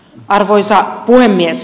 arvoisa puhemies